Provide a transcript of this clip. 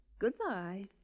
Goodbye